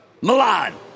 Milan